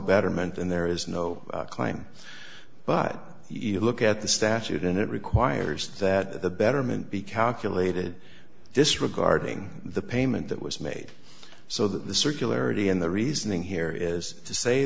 betterment and there is no climb but even look at the statute and it requires that the betterment be calculated this regarding the payment that was made so that the circularity in the reasoning here is to say